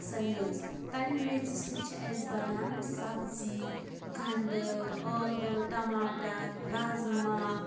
سۄ میٚژ تَمہِ میٚژِ سۭتۍ چھِ اَسہِ بَنان سَبزی گَنٛڈٕ ٲلوٕ ٹماٹر رَزما